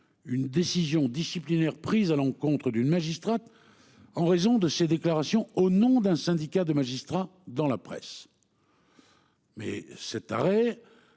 Une décision disciplinaire prise à l'encontre d'une magistrate. En raison de ses déclarations au nom d'un syndicat de magistrats dans la presse. Mais cet arrêt